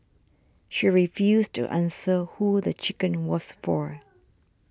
she refused to answer who the chicken was for